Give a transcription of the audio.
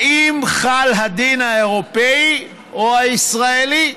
האם חל הדין האירופי או הישראלי?